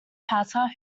pater